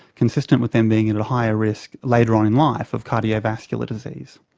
consistent with them being and at a higher risk later on in life of cardiovascular disease.